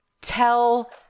tell